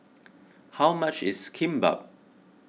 how much is Kimbap